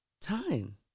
time